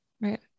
Right